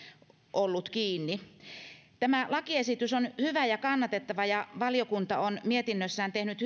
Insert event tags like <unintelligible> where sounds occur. ollut kiinni tämä lakiesitys on hyvä ja kannatettava ja valiokunta on mietinnössään tehnyt <unintelligible>